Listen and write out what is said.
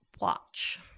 watch